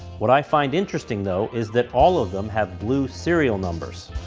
what i find interesting though, is that all of them have blue serial numbers.